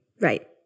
right